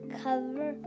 cover